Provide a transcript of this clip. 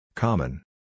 Common